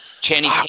Channing